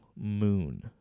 Moon